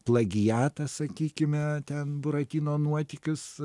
plagiatą sakykime ten buratino nuotykius